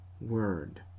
Word